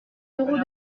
d’euros